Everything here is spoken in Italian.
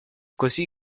così